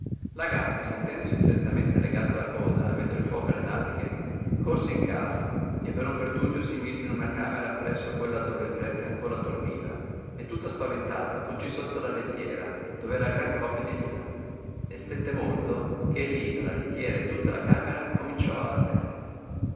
la gatta sentendosi strettamente legata la coda e aver il fuoco alle natiche corse in casa e per un pertuggio si mise in una camera appresso quella dove il prete ancor dormiva e tutta paventata fuggì sotto la lettiera dove era gran copia di lino ne stette molto che il lino la lettiera e tutta la camera cominciò ardere